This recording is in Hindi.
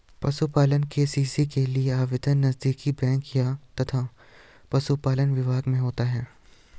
पशुपालन के.सी.सी के लिए आवेदन नजदीकी बैंक तथा पशुपालन विभाग में होता है